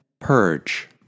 purge